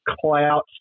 clout